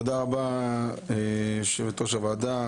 תודה רבה יושבת-ראש הוועדה,